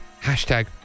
hashtag